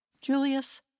Julius